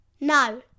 No